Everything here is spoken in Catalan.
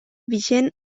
vigent